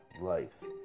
lives